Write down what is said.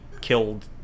killed